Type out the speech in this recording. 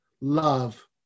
love